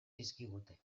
dizkigute